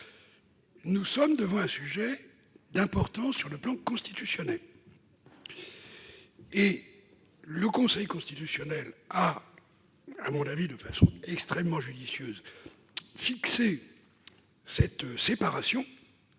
nous sommes devant un sujet d'importance d'un point de vue constitutionnel. Le Conseil constitutionnel a, selon moi de façon extrêmement judicieuse, fixé cette séparation